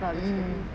(m(mmhmm))